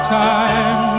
time